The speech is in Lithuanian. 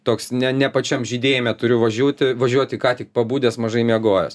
toks ne ne pačiam žydėjime turiu važiuoti važiuoti ką tik pabudęs mažai miegojęs